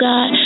God